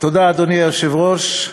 אדוני היושב-ראש,